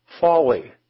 folly